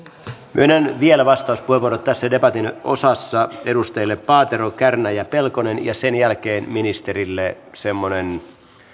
myönnän vielä vastauspuheenvuorot tässä debatin osassa edustajille paatero kärnä ja pelkonen ja sen jälkeen ministerille semmoiset